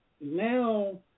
now